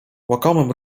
łakomym